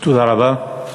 תודה רבה.